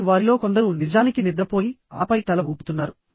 ఆపై వారిలో కొందరు నిజానికి నిద్రపోయి ఆపై తల ఊపుతున్నారు